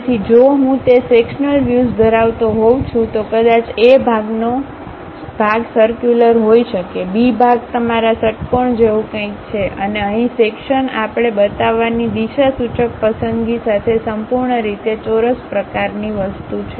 તેથી જો હું તે સેક્શન્લ વ્યુઝ ધરાવતો હોઉં છું તો કદાચ A ભાગનો ભાગ સર્ક્યુલર હોઈ શકે B ભાગ તમારા ષટ્કોણ જેવું કંઈક છે અને અહીં સેક્શન આપણે બતાવવાની દિશાસૂચક પસંદગી સાથે સંપૂર્ણ રીતે ચોરસ પ્રકારની વસ્તુ છે